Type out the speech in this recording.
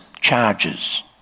charges